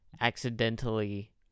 accidentally